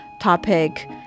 topic